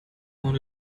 want